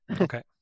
Okay